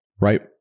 right